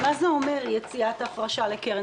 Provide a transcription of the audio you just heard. מה זה אומר יציאת הפרשה לקרן?